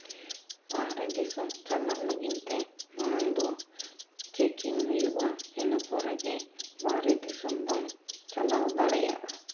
ᱵᱟᱦᱨᱮ ᱫᱤᱥᱚᱢ ᱪᱟᱞᱟᱜ ᱞᱟᱹᱜᱤᱫᱛᱮ ᱢᱟᱲᱟᱝ ᱫᱚ ᱪᱮᱠᱤᱝ ᱦᱩᱭᱩᱜᱼᱟ ᱤᱱᱟᱹ ᱯᱚᱨᱮᱜᱮ ᱵᱟᱦᱨᱮ ᱫᱤᱥᱚᱢ ᱫᱚᱢ ᱪᱟᱞᱟᱣ ᱫᱟᱲᱮᱭᱟᱜᱼᱟ